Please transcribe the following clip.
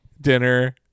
dinner